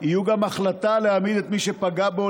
יהיו גם החלטה להעמיד את מי שפגע בו